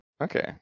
Okay